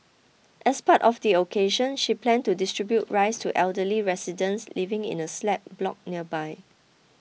as part of the occasion she planned to distribute rice to elderly residents living in a slab block nearby